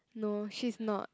no she's not